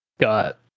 got